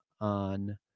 on